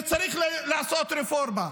וצריך לעשות רפורמה,